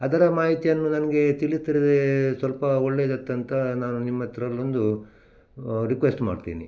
ಅದರ ಮಾಹಿತಿಯನ್ನು ನನ್ಗೆ ತಿಳಿಸಿದರೆ ಸ್ವಲ್ಪ ಒಳ್ಳೇದಾಯ್ತ್ ಅಂತ ನಾನು ನಿಮ್ಮ ಹತ್ರಲ್ಲೊಂದು ರಿಕ್ವೆಸ್ಟ್ ಮಾಡ್ತೀನಿ